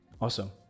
Awesome